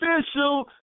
official